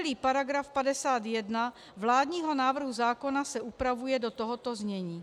Celý § 51 vládního návrhu zákona se upravuje do tohoto znění: